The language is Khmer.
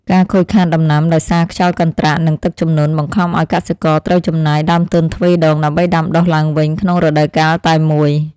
ការខូចខាតដំណាំដោយសារខ្យល់កន្ត្រាក់និងទឹកជំនន់បង្ខំឱ្យកសិករត្រូវចំណាយដើមទុនទ្វេដង ដើម្បីដាំដុះឡើងវិញក្នុងរដូវកាលតែមួយ។